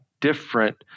different